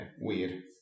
Weird